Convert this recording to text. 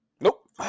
Nope